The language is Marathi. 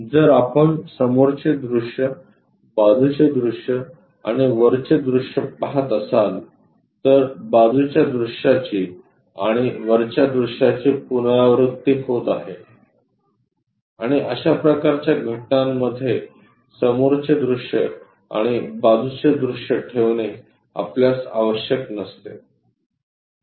जर आपण समोरचे दृश्य बाजूचे दृश्य आणि वरचे दृश्य पाहत असाल तर बाजूच्या दृश्याची आणि वरच्या दृश्याची पुनरावृत्ती होत आहे आणि अशा प्रकारच्या घटनांमध्ये समोरचे दृश्य आणि बाजूचे दृश्य ठेवणे आपल्यास आवश्यक नसते